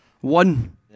One